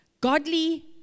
Godly